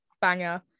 banger